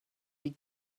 die